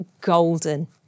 golden